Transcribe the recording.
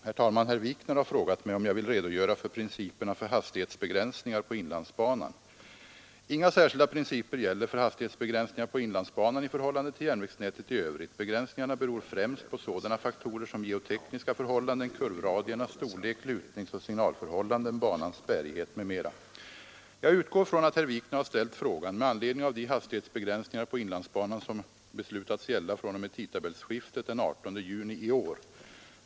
Herr talman! Herr Wikner har frågat mig om jag vill redogöra för principerna för hastighetsbegränsningar på inlandsbanan. Inga särskilda principer gäller för hastighetsbegränsningar på inlandsbanan i förhållande till järnvägsnätet i övrigt. Begränsningarna beror främst på sådana faktorer som geotekniska förhållanden, kurvradiernas storlek, lutningsoch signalförhållanden, banans bärighet m.m. Jag utgår från att herr Wikner har ställt frågan med anledning av de hastighetsbegränsningar på inlandsbanan som beslutats gälla fr.o.m. tidtabellsskiftet den 18 juni i år.